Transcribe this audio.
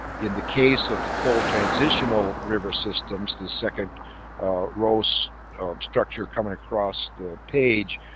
in the case of the cold transitional river systems the second row so structure coming across the page,